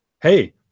Hey